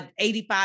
85